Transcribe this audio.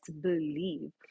believe